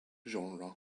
genre